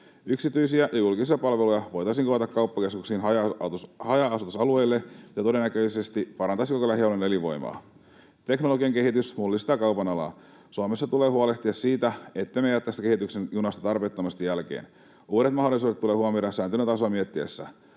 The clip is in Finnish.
Yksityisiä ja julkisia palveluja voitaisiin koota kauppakeskuksiin haja-asutusalueille, mikä todennäköisesti parantaisi koko lähialueen elinvoimaa. Teknologian kehitys mullistaa kaupan alaa. Suomessa tulee huolehtia siitä, ettemme jää tästä kehityksen junasta tarpeettomasti jälkeen. Uudet mahdollisuudet tulee huomioida sääntelyn tasoa miettiessä.